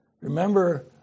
Remember